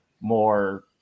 more